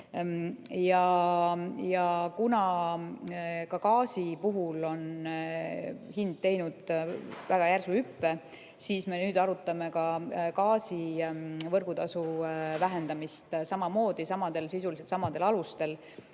Kuna ka gaasi puhul on hind teinud väga järsu hüppe, siis me nüüd arutame ka gaasi võrgutasu vähendamist samamoodi, sisuliselt samadel alustel,